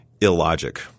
illogic